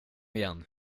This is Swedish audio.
igen